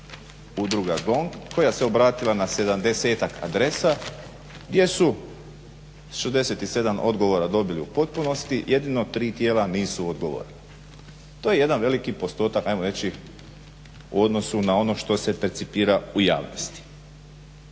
udruga GONG koja se obratila na 70-tak adresa gdje su 67 odgovora dobili u potpunosti, jedino 3 tijela nisu odgovorila. To je jedan veliki postotak ajmo reći u odnosu na ono što se percipira u javnosti.